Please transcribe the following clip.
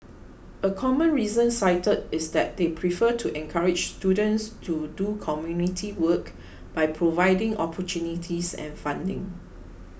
a common reason cited is that they prefer to encourage students to do community work by providing opportunities and funding